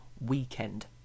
weekend